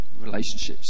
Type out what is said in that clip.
relationships